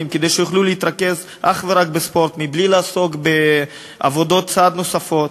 כדי שיוכלו להתרכז אך ורק בספורט מבלי לעסוק בעבודות צד נוספות,